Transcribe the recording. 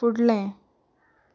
फुडलें